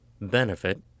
benefit